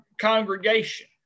congregation